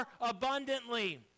abundantly